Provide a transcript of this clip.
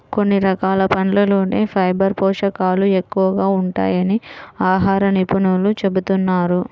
కొన్ని రకాల పండ్లల్లోనే ఫైబర్ పోషకాలు ఎక్కువగా ఉంటాయని ఆహార నిపుణులు చెబుతున్నారు